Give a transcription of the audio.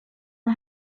the